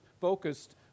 focused